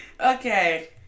okay